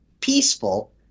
peaceful